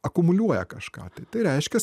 akumuliuoja kažką tai tai reiškias